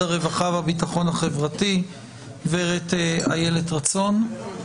וגם של הפרקליטות בסבב ההתייחסויות הראשון כלפי